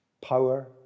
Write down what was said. Power